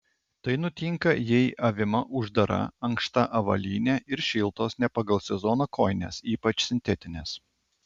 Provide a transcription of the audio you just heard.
tai nutinka jei avima uždara ankšta avalynė ir šiltos ne pagal sezoną kojinės ypač sintetinės